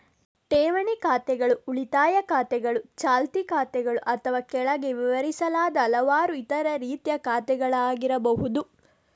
ಠೇವಣಿ ಖಾತೆಗಳು ಉಳಿತಾಯ ಖಾತೆಗಳು, ಚಾಲ್ತಿ ಖಾತೆಗಳು ಅಥವಾ ಕೆಳಗೆ ವಿವರಿಸಲಾದ ಹಲವಾರು ಇತರ ರೀತಿಯ ಖಾತೆಗಳಾಗಿರಬಹುದು